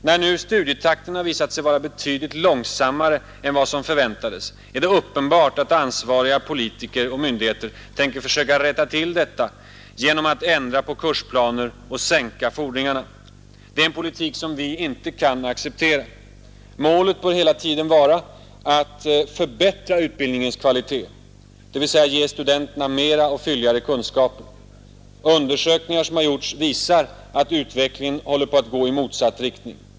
När nu studietakten har visat sig vara betydligt långsammare än vad som förväntades, är det uppenbart att ansvariga politiker och myndigheter tänker försöka rätta till detta genom att ändra på kursplaner och sänka fordringarna. Det är en politik som vi inte kan acceptera. Målet bör hela tiden vara att förbättra utbildningens kvalitet, dvs. ge studenterna mera och fylligare kunskaper. Undersökningar som har gjorts visar att utvecklingen håller på att gå i motsatt riktning.